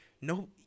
no